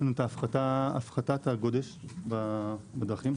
הפחתת הגודש בדרכים,